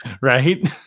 Right